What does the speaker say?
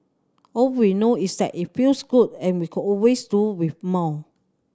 all we know is that it feels good and we could always do with more